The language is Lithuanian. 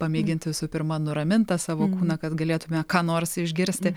pamėgint visų pirma nuramint tą savo kūną kad galėtume ką nors išgirsti